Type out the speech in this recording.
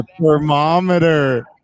thermometer